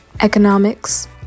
Economics